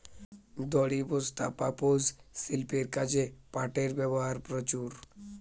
দড়ি, বস্তা, পাপোষ, শিল্পের কাজে পাটের ব্যবহার প্রচুর